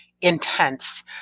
intense